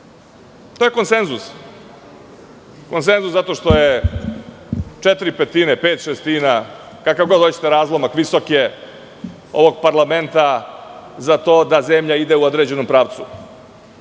EU.To je konsenzus, zato što je četiri petine, pet šestina, kakav god hoćeterazlomak ovog parlamenta, za to da zemlja ide u određenom pravcu.